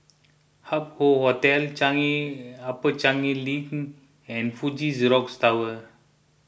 Hup Hoe Hotel Changi Upper Changi Link and Fuji Xerox Tower